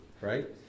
right